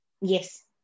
Yes